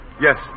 Yes